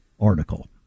article